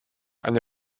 eine